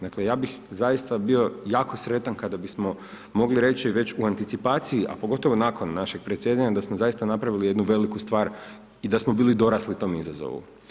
Dakle, ja bih zaista bio jako sretan, kada bismo, mogli reći, već u anticipaciji, a pogotovo nakon našeg predsjedanja, da smo zaista napravili jednu veliku stvar i da smo bili dorasli tom izazovu.